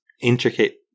intricate